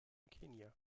kenia